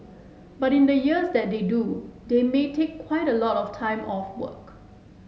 but in the years that they do they may take quite a lot of time off work